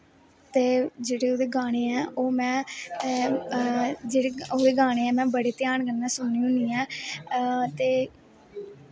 ते जेह्ड़े ओह्दे गानें ऐ ओह् मैं जेह्ड़े ओह्दे गानें ऐं में बड़े ध्यान कन्नै सुननी होन्नी ऐं ते